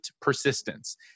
persistence